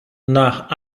nach